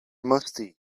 musty